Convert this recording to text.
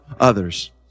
others